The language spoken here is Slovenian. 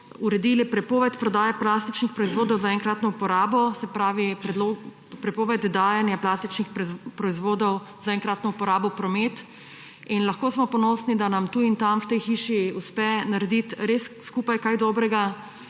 uredili prepoved prodaje plastičnih proizvodov za enkratno uporabo, se pravi prepoved dajanja plastičnih proizvodov za enkratno uporabo v promet. Lahko smo ponosni, da nam tu in tam v tej hiši uspe narediti res skupaj kaj dobrega.